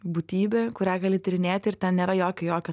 būtybė kurią gali tyrinėti ir ten nėra jokio jokio